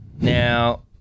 Now